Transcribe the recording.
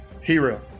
Hero